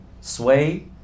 sway